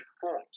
forms